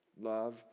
Love